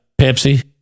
Pepsi